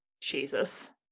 Jesus